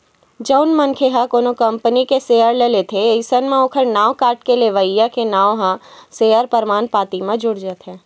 जउन मनखे ह कोनो कंपनी के सेयर ल लेथे अइसन म ओखर नांव कटके लेवइया के नांव ह सेयर परमान पाती म जुड़ जाथे